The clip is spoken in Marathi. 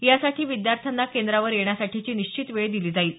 यासाठी विद्यार्थ्यांना केंद्रावर येण्यासाठीची निश्चित वेळ दिली जाईल